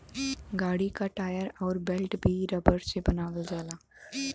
गाड़ी क टायर अउर बेल्ट भी रबर से बनावल जाला